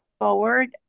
forward